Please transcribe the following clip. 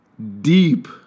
deep